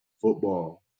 Football